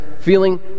feeling